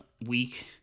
week